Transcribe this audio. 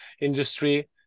industry